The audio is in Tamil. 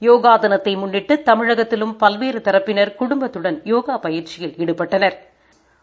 யோகா தினத்தை முன்னிட்டு தமிழகத்திலும் பல்வேறு தரப்பினா் குடும்பத்துடன் யோகா பயிற்சியில் ஈடுபட்டனா்